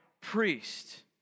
priest